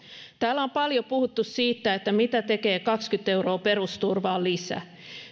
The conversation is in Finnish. täällä on paljon puhuttu siitä mitä tekee kaksikymmentä euroa perusturvaan lisää